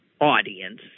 audience